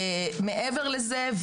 מעבר לזה,